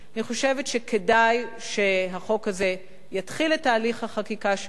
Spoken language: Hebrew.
אני חושבת שכדאי שהחוק הזה יתחיל את תהליך החקיקה שלו.